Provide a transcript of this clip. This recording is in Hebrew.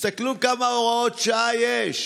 תסתכלו כמה הוראות שעה יש,